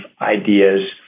ideas